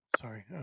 sorry